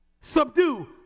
Subdue